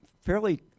fairly